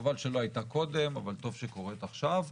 חבל שלא הייתה קודם אבל טוב שקוראת עכשיו,